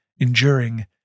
enduring